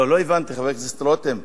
לא, לא הבנתי, חבר הכנסת רותם,